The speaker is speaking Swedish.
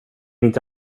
inte